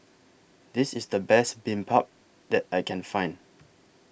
This IS The Best Bibimbap that I Can Find